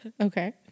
okay